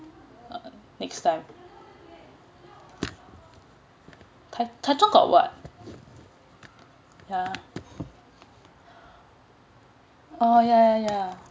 next time tai tai zhong got what yeah oh yeah yeah yeah